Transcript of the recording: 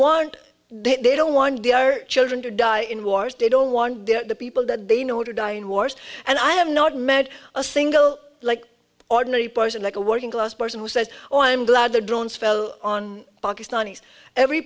want they don't want the our children to die in wars they don't want the people that they know to die in wars and i have not met a single like ordinary person like a working class person who says oh i'm glad the drones fell on pakistanis every